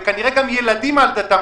וכנראה גם ילדים על דתם,